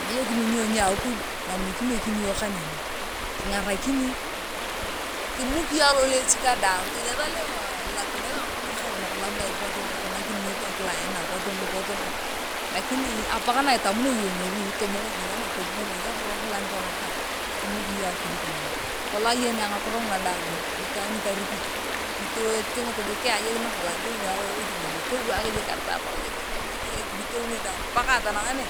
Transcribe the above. Mmmmm ebeyo kimin iyong ni akuj mam nyikimeakini iyong kaneni kingarakini kimuki iyong aloleech kaa dang teni ethaaa loa elalakuneta ngakiro nakaalak labda potu nuku ngakinengeto kila aina potu nu potu nu lakini apak na itamune iyong ngethi tobong’ok iyong ngethi ama tolimok iyong ngeth ngakino be taati konoka kimuki iyong akuj kongina kolong ayenea ngakiro nugu itwaan nikarikit nikatingit ayong jik nakolong authonio jik kewaak apotu jik jik ikidetu neni daang pakat atanang neng